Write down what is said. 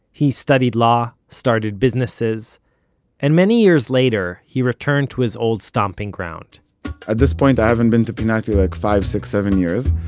he studied law, started businesses and many years later, he returned to his old stomping ground at this point i haven't been to pinati like five, six, seven years.